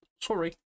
Sorry